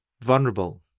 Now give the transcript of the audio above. vulnerable